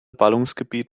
ballungsgebiet